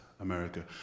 America